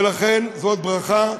לכן, זאת ברכה.